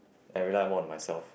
I rely more on myself